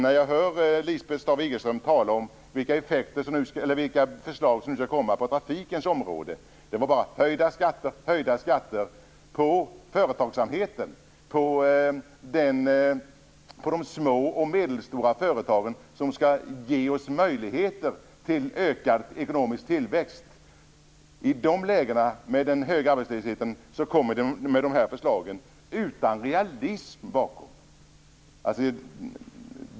När jag hör Lisbeth Staaf-Igelström tala om vilka förslag som nu skall läggas fram på trafikens område handlar det bara om höjda skatter och åter höjda skatter på företagsamheten, på de små och medelstora företagen som skall ge oss möjligheter till ökad ekonomisk tillväxt. I detta läge med denna höga arbetslöshet kommer dessa förslag utan att det finns någon realism bakom.